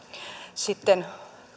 sitten